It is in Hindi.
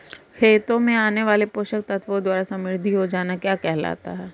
खेतों में आने वाले पोषक तत्वों द्वारा समृद्धि हो जाना क्या कहलाता है?